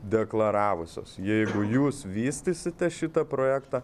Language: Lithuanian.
deklaravusios jeigu jūs vystysite šitą projektą